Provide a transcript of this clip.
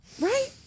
right